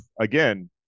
again